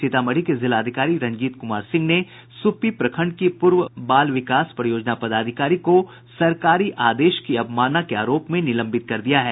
सीतामढ़ी के जिलाधिकारी रंजीत कुमार सिंह ने सुप्पी प्रखंड की पूर्व बाल विकास परियोजना पदाधिकारी को सरकारी आदेश की अवमानना के आरोप में निलंबित कर दिया है